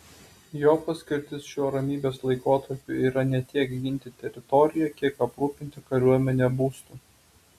jo paskirtis šiuo ramybės laikotarpiu yra ne tiek ginti teritoriją kiek aprūpinti kariuomenę būstu